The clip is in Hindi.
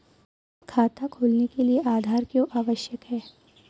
खाता खोलने के लिए आधार क्यो आवश्यक है?